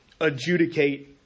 adjudicate